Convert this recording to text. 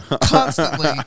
constantly